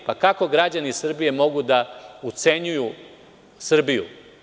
Pa, kako građani Srbije mogu da ucenjuju Srbiju?